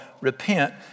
repent